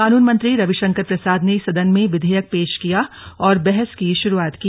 कानून मंत्री रविशंकर प्रसाद ने सदन में विधेयक पेश किया और बहस की शुरूआत की